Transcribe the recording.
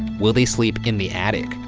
will they sleep in the attic?